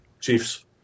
Chiefs